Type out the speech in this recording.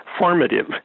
formative